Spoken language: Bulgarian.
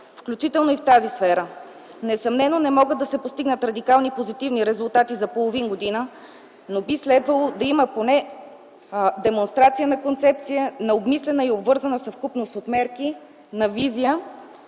включително и в тази сфера. Несъмнено не могат да се постигнат радикални позитивни резултати за половин година, но би следвало да има поне демонстрация на концепция, на обмислена и обвързана съвкупност от мерки, визия